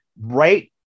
right